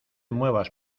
muevas